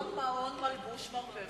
מזון, מעון, מלבוש, מרפא ומורה.